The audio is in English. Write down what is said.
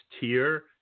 tier